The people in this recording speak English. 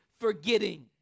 forgetting